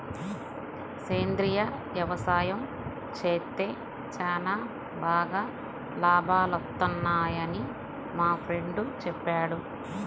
సేంద్రియ యవసాయం చేత్తే చానా బాగా లాభాలొత్తన్నయ్యని మా ఫ్రెండు చెప్పాడు